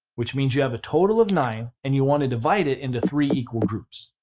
which means you have a total of nine and you want to divide it into three equal groups.